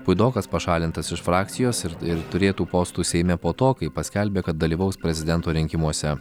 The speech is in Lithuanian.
puidokas pašalintas iš frakcijos ir turėtų postų seime po to kai paskelbė kad dalyvaus prezidento rinkimuose